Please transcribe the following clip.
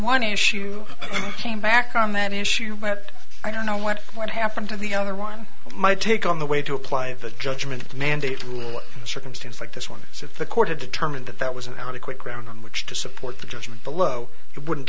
one issue came back on that issue that i don't know what what happened to the other one my take on the way to apply the judgment mandate rule a circumstance like this one so if the court had determined that that was an adequate ground on which to support the judgment below it wouldn't